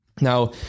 Now